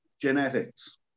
genetics